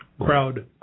Crowd